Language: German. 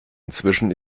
inzwischen